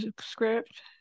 script